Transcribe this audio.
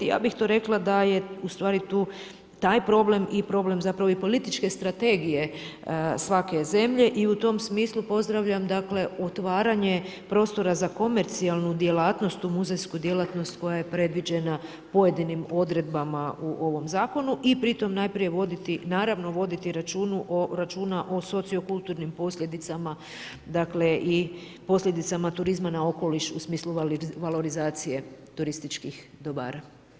Ja bih tu rekla da je u stvari tu taj problem i problem zapravo i političke strategije svake zemlje i u tom smislu pozdravljam otvaranje prostora za komercijalnu djelatnost, tu muzejsku djelatnost koja je predviđena pojedinim odredbama u ovom Zakonu i pri tom najprije naravno, voditi računa o socio-kulturnim posljedicama i posljedicama turizma na okoliš u smislu valorizacije turističkih dobara.